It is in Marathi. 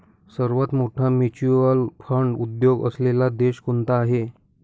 सर्वात मोठा म्युच्युअल फंड उद्योग असलेला देश कोणता आहे?